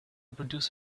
produce